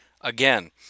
again